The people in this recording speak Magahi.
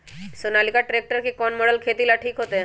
सोनालिका ट्रेक्टर के कौन मॉडल खेती ला ठीक होतै?